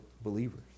believers